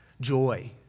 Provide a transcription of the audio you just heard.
joy